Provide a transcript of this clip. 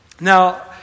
Now